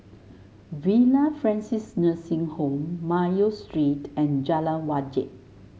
Villa Francis Nursing Home Mayo Street and Jalan Wajek